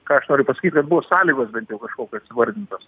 ką aš noriu pasakyt buvo sąlygos bent kažkokios įvardintos